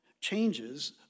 changes